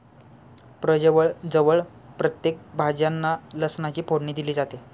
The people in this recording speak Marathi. प्रजवळ जवळ प्रत्येक भाज्यांना लसणाची फोडणी दिली जाते